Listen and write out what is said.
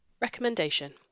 Recommendation